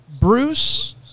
Bruce